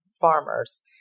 farmers